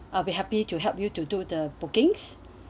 I'll be happy to help you to do the bookings